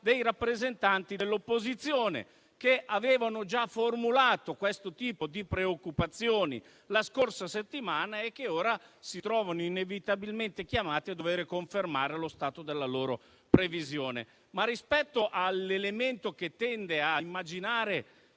dei rappresentanti dell'opposizione, che avevano già formulato questo tipo di preoccupazioni la scorsa settimana e che ora si trovano inevitabilmente chiamati a dover confermare lo stato della loro previsione. Rispetto alla tendenza ad immaginare